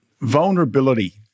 vulnerability